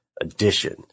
edition